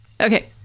Okay